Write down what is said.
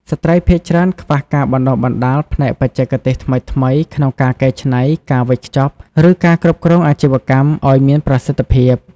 ស្ត្រីភាគច្រើនខ្វះការបណ្តុះបណ្តាលផ្នែកបច្ចេកទេសថ្មីៗក្នុងការកែច្នៃ ការវេចខ្ចប់ ឬការគ្រប់គ្រងអាជីវកម្មឲ្យមានប្រសិទ្ធភាព។